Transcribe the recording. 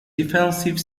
defensive